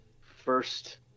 first